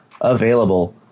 available